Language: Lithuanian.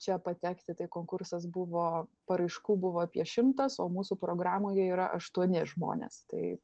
čia patekti tai konkursas buvo paraiškų buvo apie šimtas o mūsų programoje yra aštuoni žmonės tai